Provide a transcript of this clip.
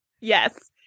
Yes